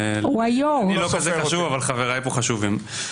אני לא כזה חשוב, אבל חבריי פה חשובים.